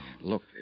Look